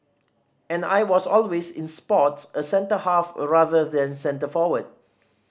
and I was always in sports a centre half rather than centre forward